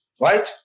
Right